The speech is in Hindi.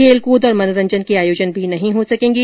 खेलकूद और मनोरंजन के आयोजन भी नहीं हो सकेंगे